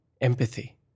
empathy